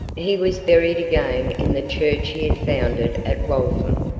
he was buried again in the church he had founded at waltham.